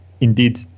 indeed